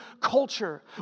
culture